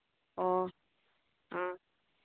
ꯑꯣ ꯑ